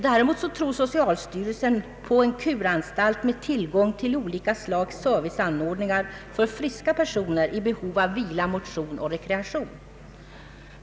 Däremot tror socialstyrelsen på en kuranstalt med tillgång till olika slags serviceanordningar för friska personer i behov av vila och rekreation.